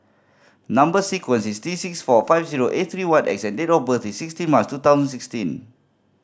number sequence is T six four five zero eight three one X and date of birth is sixteen March two thousand and sixteen